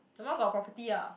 your mum got property uh